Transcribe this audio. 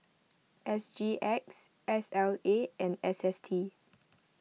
S G X S L A and S S T